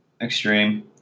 extreme